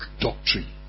doctrine